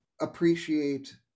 appreciate